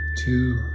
two